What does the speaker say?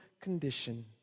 condition